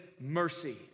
mercy